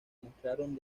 mostraron